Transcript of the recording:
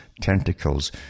tentacles